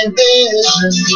vision